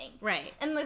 Right